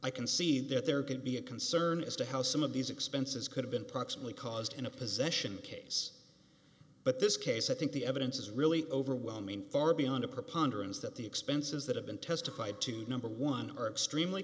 i can see that there could be a concern as to how some of these expenses could have been proximately caused in a possession case but this case i think the evidence is really overwhelming far beyond a preponderance that the expenses that have been testified to number one